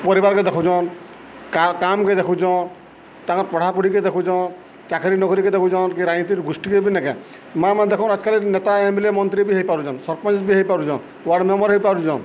ପରିବାରକେ ଦେଖୁଚନ୍ କାମକେ ଦେଖୁଚନ୍ ତାଙ୍କର ପଢ଼ାପଢ଼ିକେ ଦେଖୁଚନ୍ ଚାକିରି ନୌକରିରେ ଦେଖୁଚନ୍ କି ରାହିଣତି ଗୋଷ୍ଠୀକେ ବି ନେକକା ମା' ମାନ ଦେଖନ୍ ଆଜ କାଲି ନେତା ଏମ୍ଏଲେ ମନ୍ତ୍ରୀ ବି ହେଇପାରୁଚନ୍ ସରପଞ୍ଚ ବି ହେଇପାରୁଚନ୍ ୱାର୍ଡ଼ ମେମ୍ବର ହେଇପାରୁଚନ୍